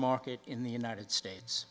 market in the united states